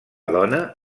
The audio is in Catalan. dona